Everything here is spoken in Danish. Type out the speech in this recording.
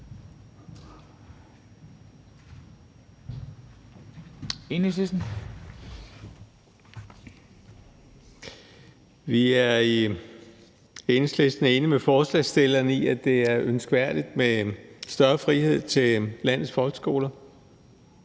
Vi er i Enhedslisten enige med forslagsstillerne i, at det er ønskværdigt med større frihed til landets folkeskoler.